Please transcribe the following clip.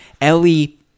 Ellie